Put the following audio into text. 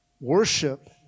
Worship